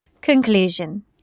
Conclusion